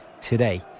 today